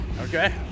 Okay